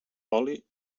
oli